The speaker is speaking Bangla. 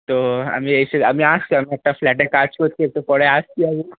তো আমি এসে আমি আসছি আমি একটা ফ্ল্যাটে কাজ করছি একটু পরে আসছি আমি